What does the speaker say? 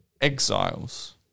exiles